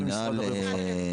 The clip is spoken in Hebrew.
משרד הרווחה.